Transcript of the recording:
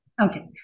Okay